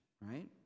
right